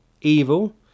Evil